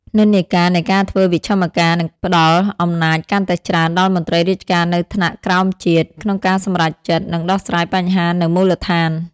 និន្នាការនៃការធ្វើវិមជ្ឈការនឹងផ្តល់អំណាចកាន់តែច្រើនដល់មន្ត្រីរាជការនៅថ្នាក់ក្រោមជាតិ ក្នុងការសម្រេចចិត្ត និងដោះស្រាយបញ្ហានៅមូលដ្ឋាន។